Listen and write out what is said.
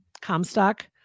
Comstock